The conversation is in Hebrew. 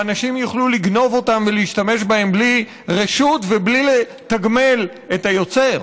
ואנשים יוכלו לגנוב אותן ולהשתמש בהן בלי רשות ובלי לתגמל את היוצר.